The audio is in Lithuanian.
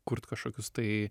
kurt kažkokius tai